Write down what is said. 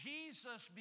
Jesus